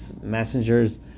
messengers